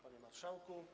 Panie Marszałku!